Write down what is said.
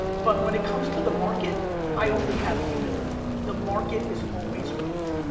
but when it comes to the market i only have humility. the market is always right.